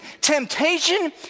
temptation